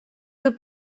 kui